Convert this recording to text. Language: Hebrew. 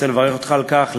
ואני רוצה לברך אותך על כך,